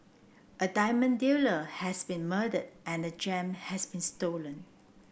a diamond dealer has been murdered and the gem has been stolen